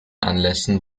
anlässen